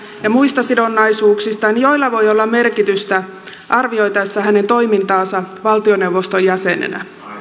ja muista sidonnaisuuksistaan joilla voi olla merkitystä arvioitaessa hänen toimintaansa valtioneuvoston jäsenenä